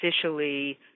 officially